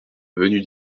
venue